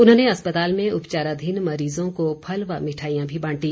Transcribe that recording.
उन्होंने अस्पताल में उपचाराधीन मरीजों को फल व मिठाईयां भी बांटी